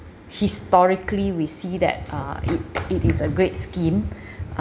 historically we see that uh it it is a great scheme